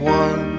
one